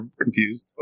confused